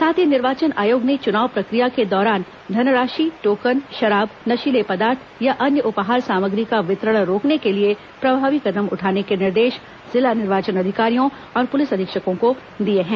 साथ ही निर्वाचन आयोग ने चुनाव प्रक्रिया के दौरान धनराशि टोकन शराब नशीले पदार्थ या अन्य उपहार सामग्री का वितरण रोकने के लिए प्रभावी कदम उठाने के निर्देश जिला निर्वाचन अधिकारियों और पुलिस अधीक्षकों को दिए हैं